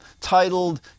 titled